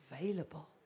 available